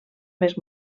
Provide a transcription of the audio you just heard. més